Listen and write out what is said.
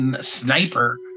sniper